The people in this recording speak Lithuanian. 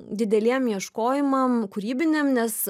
dideliem ieškojimam kūrybiniam nes